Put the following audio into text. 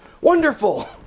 wonderful